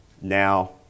now